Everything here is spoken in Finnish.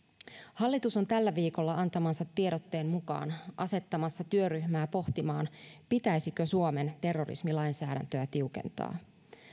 hallitus on tällä viikolla antamansa tiedotteen mukaan asettamassa työryhmää pohtimaan pitäisikö suomen terrorismilainsäädäntöä tiukentaa